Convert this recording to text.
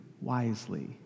wisely